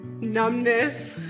numbness